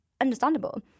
understandable